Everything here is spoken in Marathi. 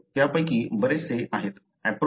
हे सर्व त्यापैकी बरेचसे आहेत